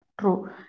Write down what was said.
True